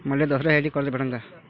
मले दसऱ्यासाठी कर्ज भेटन का?